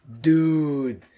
dude